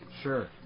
Sure